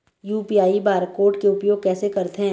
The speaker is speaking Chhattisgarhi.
यू.पी.आई बार कोड के उपयोग कैसे करथें?